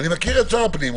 אני מכיר את שר הפנים.